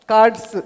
Cards